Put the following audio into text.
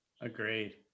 Agreed